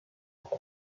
dott